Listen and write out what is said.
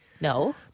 No